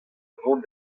vont